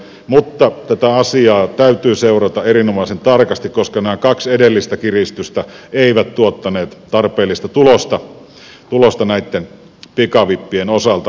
mutta tätä asiaa täytyy seurata erinomaisen tarkasti koska nämä kaksi edellistä kiristystä eivät tuottaneet tarpeellista tulosta näitten pikavippien osalta